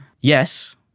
Yes